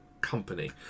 company